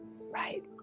Right